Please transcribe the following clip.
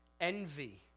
Envy